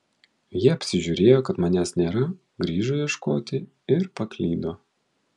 jie apsižiūrėjo kad manęs nėra grįžo ieškoti ir paklydo